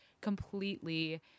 completely